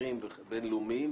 זרים ובין-לאומיים,